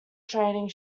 training